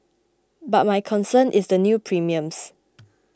but my concern is the new premiums